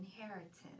inheritance